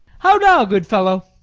how now, good fellow!